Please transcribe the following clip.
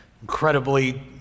incredibly